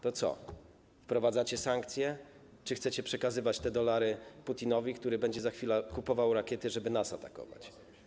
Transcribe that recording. To co, wprowadzacie sankcje, czy chcecie przekazywać te dolary Putinowi, który za chwilę będzie kupował rakiety, żeby nas atakować?